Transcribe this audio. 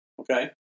okay